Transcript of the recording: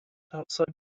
outside